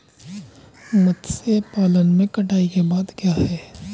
मत्स्य पालन में कटाई के बाद क्या है?